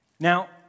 Now